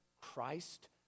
Christ